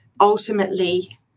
ultimately